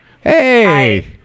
Hey